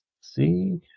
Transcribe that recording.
See